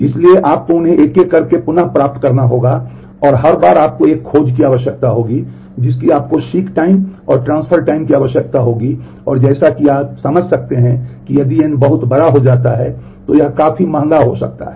इसलिए आपको उन्हें एक एक करके पुनः प्राप्त करना होगा और हर बार आपको एक खोज की आवश्यकता होगी जिसकी आपको सीक टाइम की आवश्यकता होगी और जैसा कि आप समझ सकते हैं कि यदि n बहुत बड़ा हो जाता है तो यह काफी महंगा हो सकता है